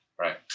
Right